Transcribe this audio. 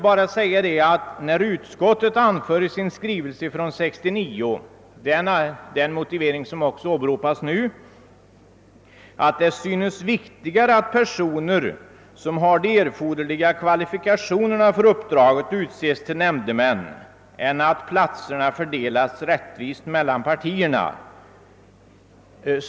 Utskottet anför emellertid i sin skrivelse från 1969 — den motivering som också åberopas nu — att »det synes viktigare att personer, som har de erforderliga kvalifikationerna för uppdraget, utses till nämndemän än att platserna fördelas rättvist mellan partierna».